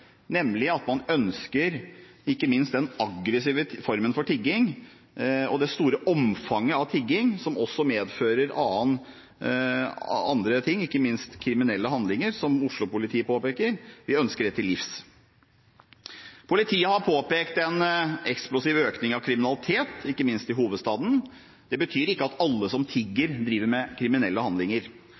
nemlig at man ønsker til livs ikke minst den aggressive formen for tigging og det store omfanget av tigging som også medfører andre ting, ikke minst kriminelle handlinger, som Oslo-politiet påpeker – vi ønsker det til livs. Politiet har påpekt en eksplosiv økning av kriminalitet, ikke minst i hovedstaden. Det betyr ikke at alle som tigger, driver med kriminelle handlinger,